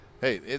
hey